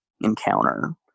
encounter